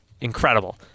incredible